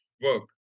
work